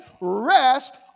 rest